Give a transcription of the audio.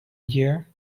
dear